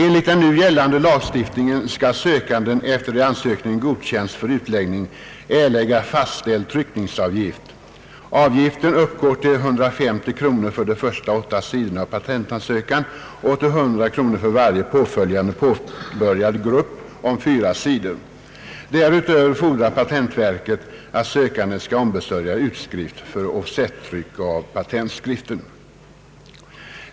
Enligt den nu gällande lagstiftningen skall sökanden efter det ansökningen godkänts för utläggning erlägga fastställd tryckningsavgift. Avgiften uppgår till 150 kronor för de första åtta sidorna av patentansökan och till 100 kronor för varje följande påbörjad grupp om fyra sidor. Därutöver fordrar patentverket att sökanden skall ombesörja utskrift för offsettryck av patentskriften.